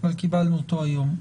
קיבלנו אותו היום.